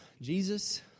Jesus